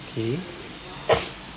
eh